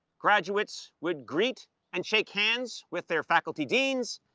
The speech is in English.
graduates would greet and shake hands with their faculty deans,